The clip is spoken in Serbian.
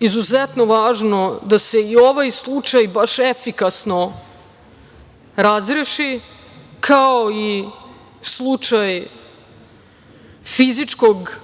izuzetno važno, da se i ovaj slučaj baš efikasno razreši, kao i slučaj fizičkog